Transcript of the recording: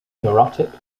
neurotic